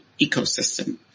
ecosystem